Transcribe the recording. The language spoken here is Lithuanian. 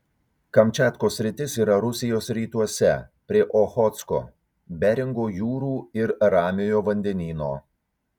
kamčiatkos sritis yra rusijos rytuose prie ochotsko beringo jūrų ir ramiojo vandenyno